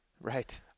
Right